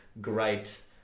great